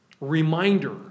reminder